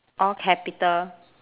all capital